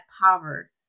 power